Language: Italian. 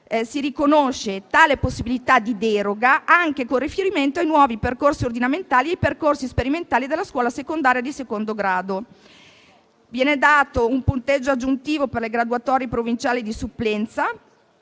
si riconosce tale possibilità di deroga anche con riferimento ai nuovi percorsi ordinamentali e percorsi sperimentali della scuola secondaria di secondo grado. Viene dato un punteggio aggiuntivo per le graduatorie provinciali di supplenza